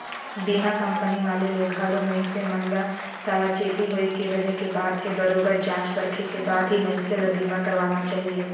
बीमा कंपनी वाले ले घलो मइनसे मन ल सावाचेती होय के रहें के बात हे बरोबेर जॉच परखे के बाद ही मइनसे ल बीमा करवाना चाहिये